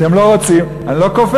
אתם לא רוצים, אני לא כופה.